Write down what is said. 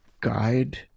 guide